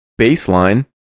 baseline